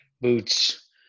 boots